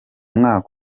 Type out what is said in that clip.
mwaka